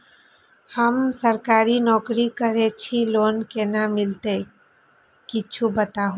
हम सरकारी नौकरी करै छी लोन केना मिलते कीछ बताबु?